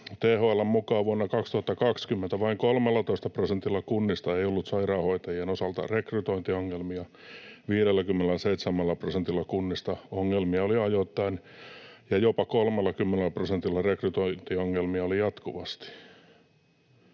THL:n mukaan vuonna 2020 vain 13 prosentilla kunnista ei ollut sairaanhoitajien osalta rekrytointiongelmia, 57 prosentilla kunnista ongelmia oli ajoittain ja jopa 30 prosentilla rekrytointiongelmia oli jatkuvasti.